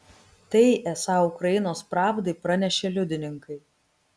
tai esą ukrainos pravdai pranešė liudininkai